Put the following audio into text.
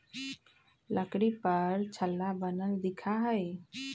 लकड़ी पर छल्ला बनल दिखा हई